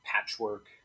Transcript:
patchwork